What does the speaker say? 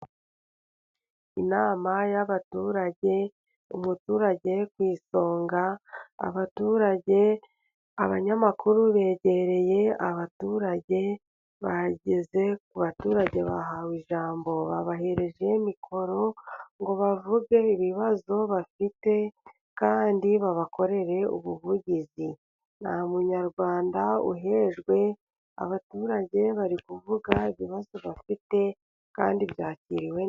Inama y'abaturage umuturage ku isonga, abaturage, abanyamakuru begereye abaturage, bageze ku baturage bahawe ijambo, babahereje mikoro ngo bavuge ibibazo bafite kandi babakorere ubuvugizi, nta munyarwanda uhejwe, abaturage bari kuvuga ibibazo bafite kandi byakiriwe.